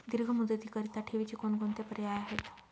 दीर्घ मुदतीकरीता ठेवीचे कोणकोणते पर्याय आहेत?